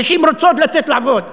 הנשים רוצות לצאת לעבוד.